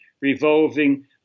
revolving